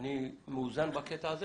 אני מאוזן בקטע הזה.